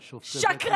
על שופטי בית, שקרנים.